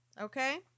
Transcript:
Okay